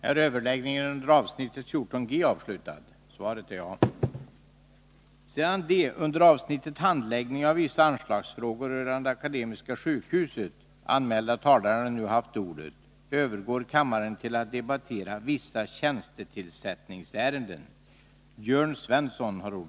Sedan de under avsnittet Handläggningen av länsläkarorganisationens avveckling anmälda talarna nu haft ordet övergår kammaren till att debattera Fråga om statsråds jäv i visst fall.